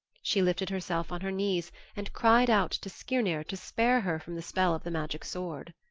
she lifted herself on her knees and cried out to skirnir to spare her from the spell of the magic sword.